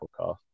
podcast